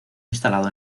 instalado